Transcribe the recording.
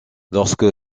lorsque